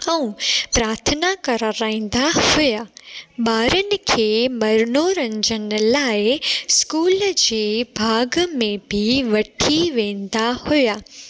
ऐं प्राथना करा राहिंदा हुआ ॿारनि खे मरनोरंजन लाइ स्कूल जे बाग़ में बि वठी वेंदा हुआ